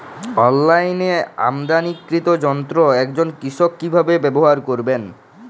অনলাইনে আমদানীকৃত যন্ত্র একজন কৃষক কিভাবে ব্যবহার করবেন?